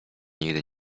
nigdy